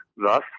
thus